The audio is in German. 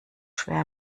schwer